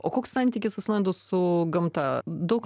o koks santykis islandų su gamta daug